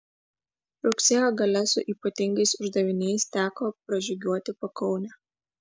rugsėjo gale su ypatingais uždaviniais teko pražygiuoti pakaunę